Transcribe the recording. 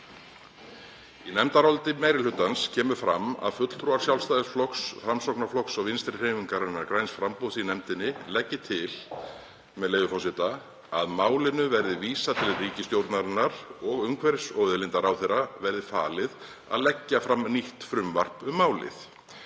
Í nefndaráliti meiri hlutans kemur fram að fulltrúar Sjálfstæðisflokks, Framsóknarflokks og Vinstrihreyfingarinnar – græns framboðs í nefndinni leggi til að „málinu verði vísað til ríkisstjórnarinnar og umhverfis- og auðlindaráðherra verði falið að leggja fram nýtt frumvarp um málið